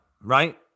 right